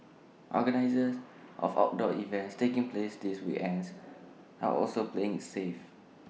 organisers of outdoor events taking place this weekends are also playing IT safe